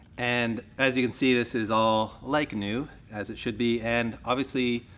and as you can see, this is all like new as it should be. and obviously,